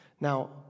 Now